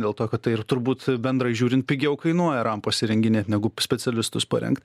dėl to kad tai ir turbūt bendrai žiūrint pigiau kainuoja rampos įrenginėt negu specialistus parengt